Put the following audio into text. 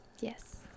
Yes